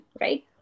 right